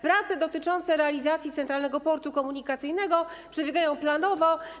Prace dotyczące realizacji Centralnego Portu Komunikacyjnego przebiegają planowo.